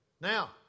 Now